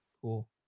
cool